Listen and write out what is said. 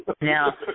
Now